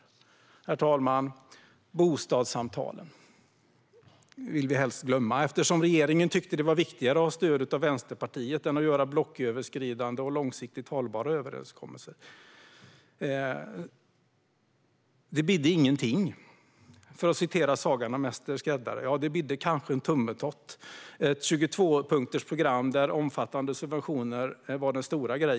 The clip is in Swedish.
Herr talman! Bostadssamtalen vill vi helst glömma. Eftersom regeringen tyckte att det var viktigare att ha stöd av Vänsterpartiet än att göra blocköverskridande och långsiktigt hållbara överenskommelser bidde det ingenting, för att anknyta till sagan om Mäster skräddare. Jo, det bidde kanske en tummetott - ett 22-punktsprogram där omfattande subventioner var den stora grejen.